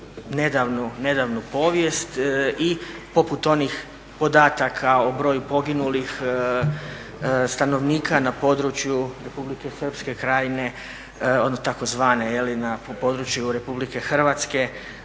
nedavnu povijest i poput onih podataka o broju poginulih stanovnika na području Republike Srpske krajine tako zvane na području RH to su sve